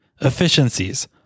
efficiencies